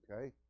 okay